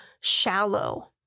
shallow